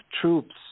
Troops